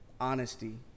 honesty